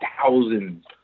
thousands